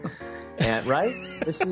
Right